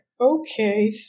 okay